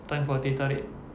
time for teh tarik